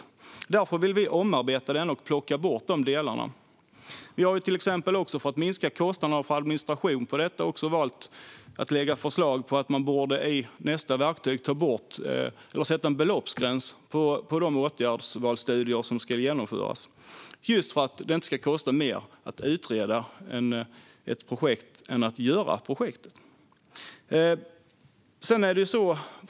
Därför vill vi omarbeta principen och plocka bort de delarna. Vi har till exempel, för att minska kostnaderna för administration på detta, också valt att lägga förslag på att man i nästa verktyg borde sätta en beloppsgräns på de åtgärdsvalsstudier som ska genomföras just för att det inte ska kosta mer att utreda ett projekt än att göra projektet.